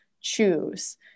choose